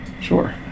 Sure